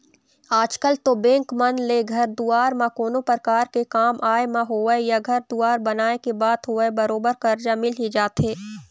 आजकल तो बेंक मन ले घर दुवार म कोनो परकार के काम आय म होवय या घर दुवार बनाए के बात होवय बरोबर करजा मिल ही जाथे